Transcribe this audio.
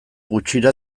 gutxira